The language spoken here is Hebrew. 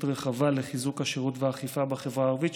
רחבה לחיזוק השירות והאכיפה בחברה הערבית,